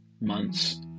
months